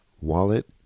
Wallet